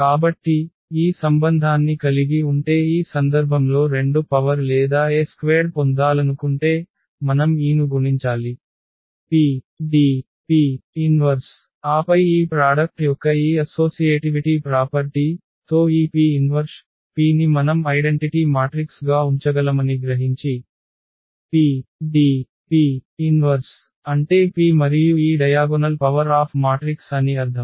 కాబట్టి ఈ సంబంధాన్ని కలిగి ఉంటే ఈ సందర్భంలో 2 పవర్ లేదా A² పొందాలనుకుంటే మనం ఈను గుణించాలి PDP 1 ఆపై ఈ ప్రాడక్ట్ యొక్క ఈ అసోసియేటివిటీ ప్రాపర్టీ తో ఈ P ఇన్వర్ష్ P ని మనం ఐడెంటిటీ మాట్రిక్స్ గా ఉంచగలమని గ్రహించి PDP 1 అంటే P మరియు ఈ డయాగొనల్ పవర్ ఆఫ్ మాట్రిక్స్ అని అర్ధం